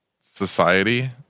society